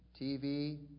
TV